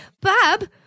Bob